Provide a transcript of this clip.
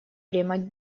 время